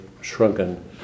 shrunken